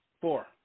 Four